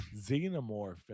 xenomorph